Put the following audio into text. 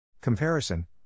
Comparison